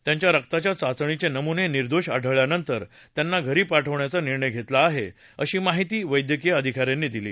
त्यांच्या रक्ताच्या चाचणीचे नमुने निर्दोष आढळल्यानंतर त्यांना घरी पाठवण्याचा निर्णय घेतला आहे अशी माहिती वैद्यकीय अधिकाऱ्यांनी दिली